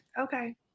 okay